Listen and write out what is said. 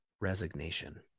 resignation